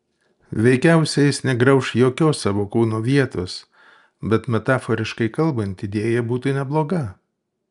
veikiausiai jis negrauš jokios savo kūno vietos bet metaforiškai kalbant idėja būtų nebloga